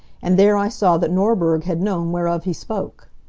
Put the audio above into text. and there i saw that norberg had known whereof he spoke.